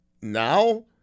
now